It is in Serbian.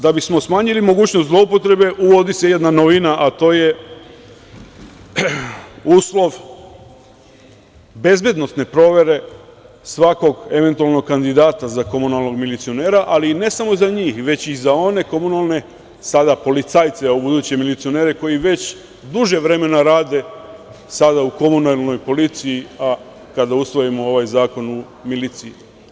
Da bismo smanjili mogućnost zloupotrebe, uvodi se jedna novina, a to je uslov bezbednosne provere svakog eventualnog kandidata za komunalnog milicionera, ali ne samo za njih, već i za one komunalne, sada policajce, a ubuduće milicionere, koji već duže vremena rade sada u komunalnoj policiji, a kada usvojimo ovaj zakon u miliciji.